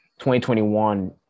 2021